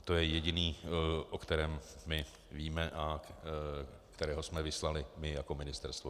To je jediný, o kterém my víme a kterého jsme vyslali my jako ministerstvo.